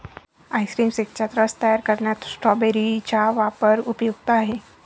ice cream शेकचा रस तयार करण्यात स्ट्रॉबेरी चा वापर उपयुक्त आहे